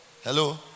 Hello